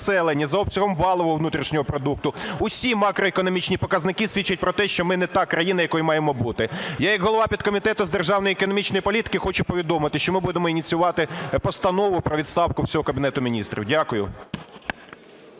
за обсягом валового внутрішнього продукту - усі макроекономічні показники свідчать про те, що ми не та країна, якою маємо бути. Я як голова підкомітету з державної економічної політики хочу повідомити, що ми будемо ініціювати постанову про відставку всього Кабінету Міністрів. Дякую.